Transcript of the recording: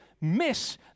miss